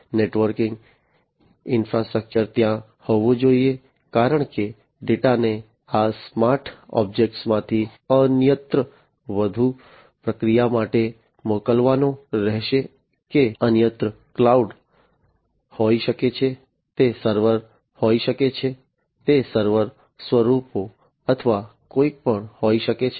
networking infrastructure ત્યાં હોવું જોઈએ કારણ કે ડેટાને આ સ્માર્ટ ઑબ્જેક્ટ્સ માંથી અન્યત્ર વધુ પ્રક્રિયા માટે મોકલવાનો રહેશે કે અન્યત્ર ક્લાઉડ હોઈ શકે છે તે સર્વર હોઈ શકે છે તે સર્વર સ્વરૂપો અથવા કંઈપણ હોઈ શકે છે